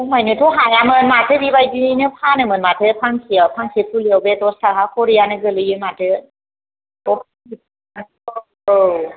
खमायनोथ' हायामोन माथो बेबायदियैनो फानोमोन माथो फांसेयाव फांसे फुलियाव बे दस थाखा खरियानो गोलैयो माथो औ